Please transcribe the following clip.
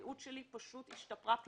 הבריאות שלי פשוט השתפרה פלאים,